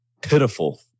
pitiful